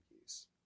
use